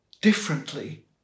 differently